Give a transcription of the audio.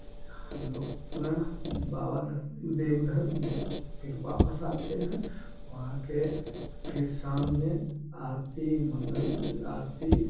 हम लोग पुनः बाबा जी देवघर में फिर वापस आते हैं वहाँ के फिर शाम में आरती मंगल आरती